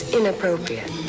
inappropriate